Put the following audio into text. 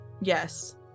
Yes